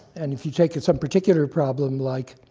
and if you take some particular problem, like